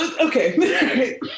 okay